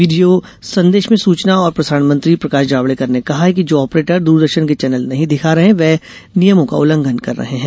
video संदेश में सूचना और प्रसारण मंत्री प्रकाश जावड़ेकर ने कहा कि जो ऑपरेटर द्रदर्शन के चैनल नहीं दिखा रहे हैं वे नियमों का उल्लंघन कर रहे हैं